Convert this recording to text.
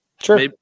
Sure